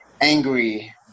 angry